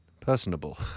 personable